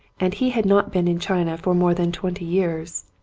and he had not been in china for more than twenty years.